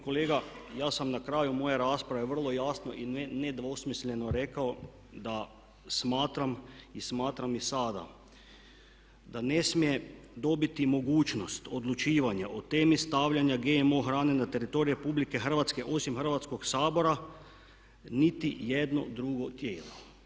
Kolega ja sam na kraju moje rasprave vrlo jasno i nedvosmisleno rekao da smatram i smatram i sada da ne smije dobiti mogućnost odlučivanja o temi stavljanja GMO hrane na teritorij Republike Hrvatske osim Hrvatskog sabora nitijedno drugo tijelo.